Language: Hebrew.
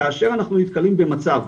כאשר אנחנו נתקלים במצב,